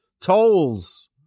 Tolls